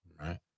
right